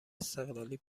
استقلالی